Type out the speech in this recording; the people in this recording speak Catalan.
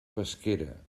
pesquera